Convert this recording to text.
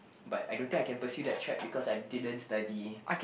but I don't think I can pursue that track because I didn't study